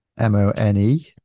M-O-N-E